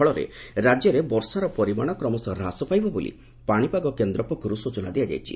ଫଳରେ ରାଜ୍ୟରେ ବର୍ଷାର ପରିମାଣ କ୍ରମଶଃ ହ୍ରାସ ପାଇବ ବୋଲି ପାଶିପାଗ କେନ୍ଦ୍ର ପକ୍ଷରୁ ସୂଚନା ଦିଆଯାଇଛି